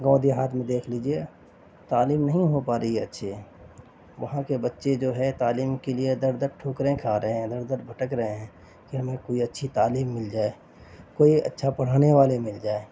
گاؤں دیہات میں دیکھ لیجیے تعلیم نہیں ہو پا رہی ہے اچھی وہاں کے بچے جو ہے تعلیم کے لیے در در ٹھوکریں کھا رہے ہیں ادھر ادھر بھٹک رہے ہیں کہ ہمیں کوئی اچھی تعلیم مل جائے کوئی اچھا پڑھانے والے مل جائیں